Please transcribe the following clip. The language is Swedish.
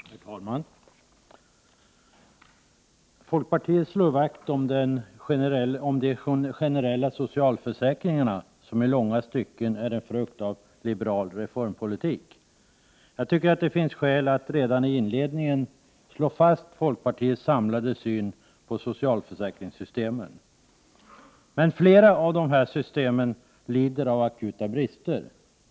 Herr talman! Folkpartiet slår vakt om den generella socialförsäkringen, som i långa stycken är en frukt av liberal reformpolitik. Jag tycker att det finns skäl att redan i inledningen slå fast denna folkpartiets samlade syn på socialförsäkringssystemen. Men flera av de systemen lider av akuta brister.